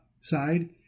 side